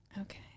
Okay